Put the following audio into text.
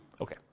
Okay